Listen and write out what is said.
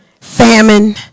famine